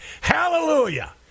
Hallelujah